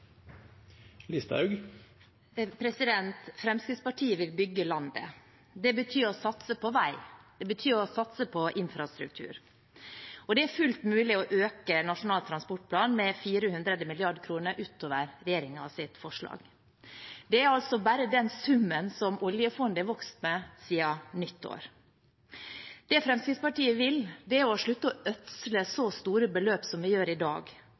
Fremskrittspartiet vil bygge landet. Det betyr å satse på vei. Det betyr å satse på infrastruktur. Det er fullt mulig å øke Nasjonal transportplan med 400 mrd. kr utover regjeringens forslag. Det er altså bare den summen som oljefondet har vokst med siden nyttår. Det Fremskrittspartiet vil, er å slutte å ødsle så store beløp som vi gjør i dag